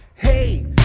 Hey